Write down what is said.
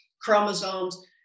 chromosomes